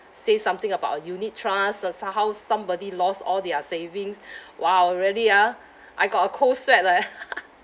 say something about a unit trust s~ somehow somebody lost all their savings !wow! really ah I got a cold sweat leh